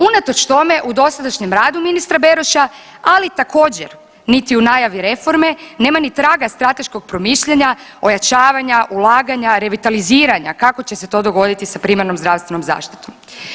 Unatoč tome u dosadašnjem radu ministra Beroša, ali također niti u najavi reforme nema ni traga strateškog promišljanja, ojačavanja, ulaganja, revitaliziranja kako će se to dogoditi sa primarnom zdravstvenom zaštitom.